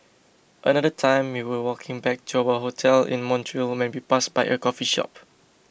another time we were walking back to our hotel in Montreal when we passed by a coffee shop